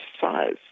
size